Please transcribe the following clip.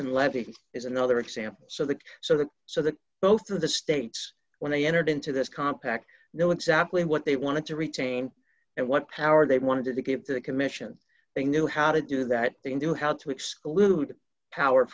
levy is another example so the so the so that both of the states when they entered into this compact know exactly what they wanted to retain and what power they wanted to give to the commission they knew how to do that they knew how to exclude power